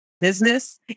business